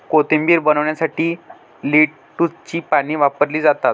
कोशिंबीर बनवण्यासाठी लेट्युसची पाने वापरली जातात